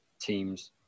teams